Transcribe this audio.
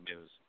news